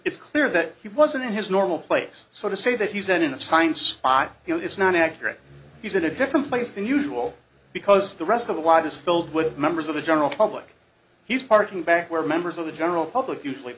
it's clear that he wasn't in his normal place so to say that he sent in a signed spot you know it's not accurate he's in a different place than usual because the rest of the wind is filled with members of the general public he's parking back where members of the general public usually